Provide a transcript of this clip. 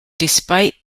despite